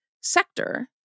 sector